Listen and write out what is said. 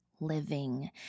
living